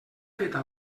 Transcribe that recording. feta